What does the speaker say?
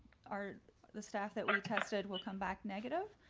our the staff that were tested will come back negative.